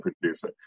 producer